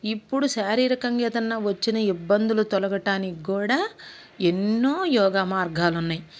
ఇప్పుడు శారీరకంగా ఏదన్నా వచ్చిన ఇబ్బందులు తొలగటానికి కూడా ఎన్నో యోగా మార్గాలు ఉన్నాయి